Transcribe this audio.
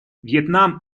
вьетнам